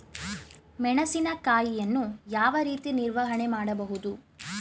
ಮೆಣಸಿನಕಾಯಿಯನ್ನು ಯಾವ ರೀತಿ ನಿರ್ವಹಣೆ ಮಾಡಬಹುದು?